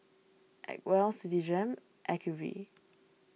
Acwell Citigem Acuvue